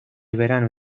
verano